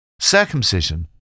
Circumcision